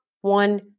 one